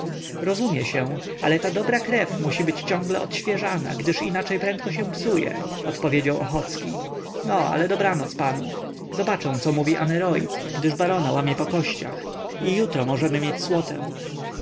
rozumie się ale ta dobra krew musi być ciągle odświeżana gdyż inaczej prędko się psuje odpowiedział ochocki no ale dobranoc panu zobaczę co mówi aneroid gdyż barona łamie po kościach i jutro możemy mieć słotę